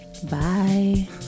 Bye